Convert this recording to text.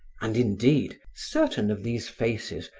and, indeed, certain of these faces,